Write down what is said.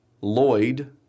Lloyd